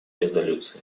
резолюции